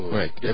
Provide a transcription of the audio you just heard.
right